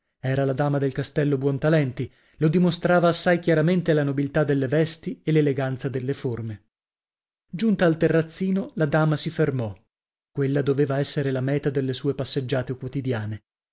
era la dama del castello buontalenti lo dimostrava assai chiaramente la nobiltà delle vesti e l'eleganza delle forme giunta al terrazzino la dama si fermò quella doveva essere la meta delle sua passeggiate quotidiane